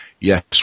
yes